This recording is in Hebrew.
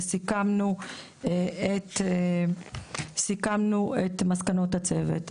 וסיכמנו את מסקנות הצוות.